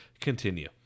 Continue